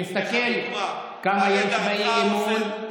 תסתכל כמה יש באי-אמון.